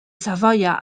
savoia